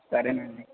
సరేనండి